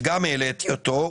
שגם העליתי אותו,